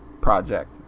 project